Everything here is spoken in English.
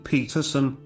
Peterson